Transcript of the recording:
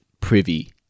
privy